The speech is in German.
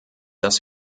dass